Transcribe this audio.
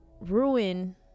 ruin